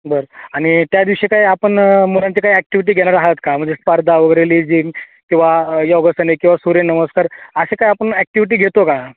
बर आणि त्या दिवशी काही आपण मुलांच्या काही ॲक्टिविटी घेणार आहात का म्हणजे स्पर्धा वगैरे लेझीम किंवा योगासने किंवा सूर्यनमस्कार अशा काय आपण ॲक्टिविटी घेतो का